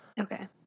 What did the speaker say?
Okay